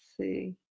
see